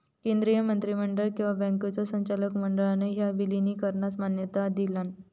केंद्रीय मंत्रिमंडळ आणि बँकांच्यो संचालक मंडळान ह्या विलीनीकरणास मान्यता दिलान